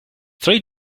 three